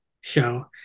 show